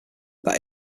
that